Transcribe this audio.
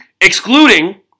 excluding